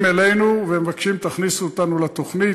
אלינו ומבקשים: תכניסו אותנו לתוכנית.